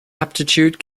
aptitude